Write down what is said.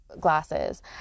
glasses